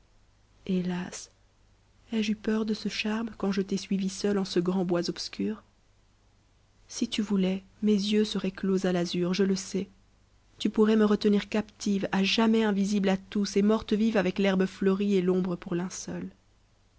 hélas ai-je eu peur de ce charme quand je t'ai suivi seule en ce grand bois obscur si tu voulais mes yeux seraient clos à l'azur je le sais tu pourrais me retenir captive a jamais invisible à tous et morte vive avec l'herbe fleurie et l'ombre pour